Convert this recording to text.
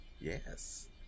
Yes